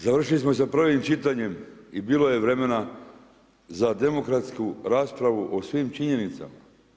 Završili smo i sa prvim čitanjem i bilo je vremena za demokratsku raspravu o svim činjenicama.